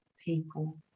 people